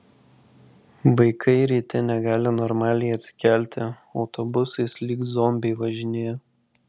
vaikai ryte negali normaliai atsikelti autobusais lyg zombiai važinėja